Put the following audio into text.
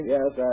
Yes